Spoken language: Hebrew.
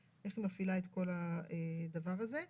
איך היא מפעילה את כל הדבר הזה.